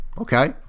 okay